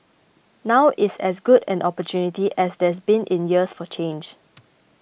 now is as good an opportunity as there's been in years for change